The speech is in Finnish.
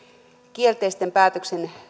kielteisen päätöksen